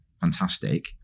fantastic